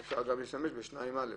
וגם בסעיף 2(א).